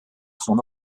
son